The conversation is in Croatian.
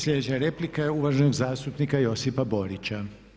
Sljedeća replika je uvaženog zastupnika Josipa Borića.